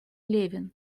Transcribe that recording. левин